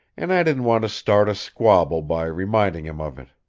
and i didn't want to start a squabble by reminding him of it.